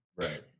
right